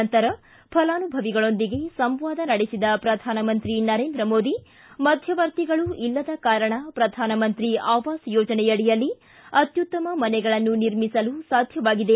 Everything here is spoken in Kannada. ನಂತರ ಫಲಾನುಭವಿಗಳೊಂದಿಗೆ ಸಂವಾದ ನಡೆಸಿದ ಪ್ರಧಾನಮಂತ್ರಿ ನರೇಂದ್ರ ಮೋದಿ ಮಧ್ಯವರ್ತಿಗಳು ಇಲ್ಲದ ಕಾರಣ ಪ್ರಧಾನಮಂತ್ರಿ ಅವಾಸ್ ಯೋಜನೆಯಡಿಯಲ್ಲಿ ಅತ್ಯುತ್ತಮ ಮನೆಗಳನ್ನು ನಿರ್ಮಿಸಲು ಸಾಧ್ಯವಾಗಿದೆ